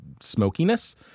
smokiness